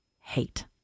hate